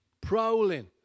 Prowling